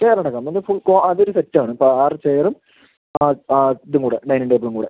chair അടക്കം ആണ് full അത് ഒര് സെറ്റ് ആണ് ഇപ്പം ആറ് ചെയറും ആ ആ ഇതും കൂടെ ഡൈനിംഗ് ടേബിളും കൂടെ